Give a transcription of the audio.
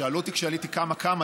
שאלו אותי כשעליתי כמה כמה.